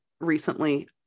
recently